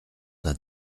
d’un